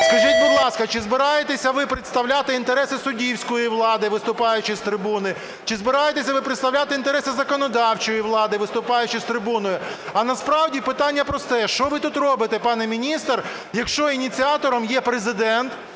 Скажіть, будь ласка, чи збираєтеся ви представляти інтереси суддівської влади, виступаючи з трибуни? Чи збираєтеся ви представляти інтереси законодавчої влади, виступаючи з трибуни? А насправді питання просте: що ви тут робите, пане міністре, якщо ініціатором є Президент?